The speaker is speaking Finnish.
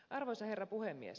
arvoisa herra puhemies